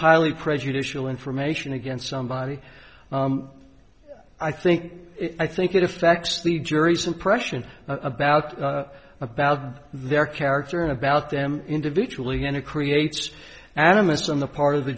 highly prejudicial information against somebody i think i think it affects the jury's impression about about their character and about them individually and it creates animist on the part of the